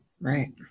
right